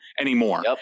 anymore